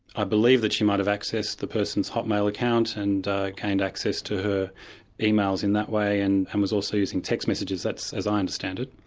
i believe that she might have accessed the person's hotmail account and gained access to her emails in that way, and and was also using text messages, that's as i understand it.